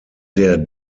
der